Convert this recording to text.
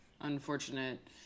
unfortunate